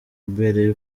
mbere